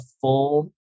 full